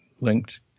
linked